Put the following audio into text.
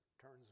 turns